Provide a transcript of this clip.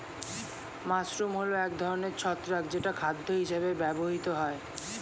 mushroom হল এক ধরনের ছত্রাক যেটা খাদ্য হিসেবে ব্যবহৃত হয়